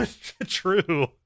True